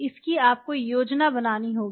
इसकी आपको योजना बनानी होगी